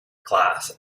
glass